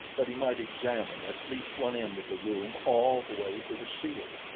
that he might examine at least one end of the room all the way to the ceiling.